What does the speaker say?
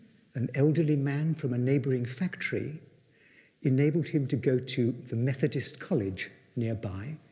an elderly man from a neighboring factory enabled him to go to the methodist college nearby,